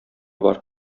бар